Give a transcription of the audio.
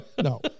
No